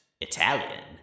Italian